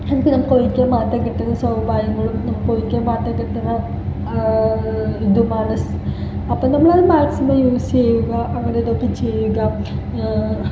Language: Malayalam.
നമുക്ക് ഇതൊക്കെ ഒരിക്കലും മറക്കാൻ കിട്ടാത്ത സൗഭാഗ്യങ്ങളൊന്നും നമുക്ക് ഒരിക്കലും മാറ്റാൻ പറ്റുന്ന ഇതുമാണ് സ് അപ്പം നമ്മൾ അത് മാക്സിമം യൂസ് ചെയ്യുക അങ്ങനെ ഇതൊക്കെ ചെയ്യുക